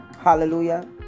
Hallelujah